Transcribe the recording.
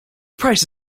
price